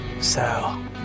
Sal